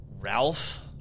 Ralph